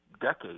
decades